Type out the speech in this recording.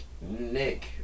Nick